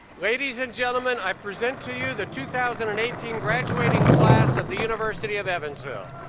ladies and gentlemen, i present to you the two thousand and eighteen graduating class of the university of evansville.